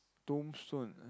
tombstone uh